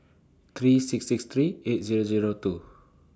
three six six three eight Zero Zero two